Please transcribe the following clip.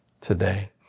today